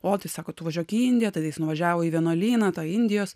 o tai sako tu važiuok į indiją tada jis nuvažiavo į vienuolyną tą indijos